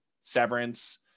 Severance